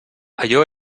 allò